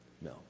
No